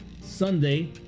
Sunday